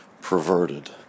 perverted